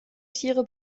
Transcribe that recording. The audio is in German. tiere